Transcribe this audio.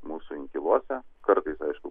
mūsų inkiluose kartais aišku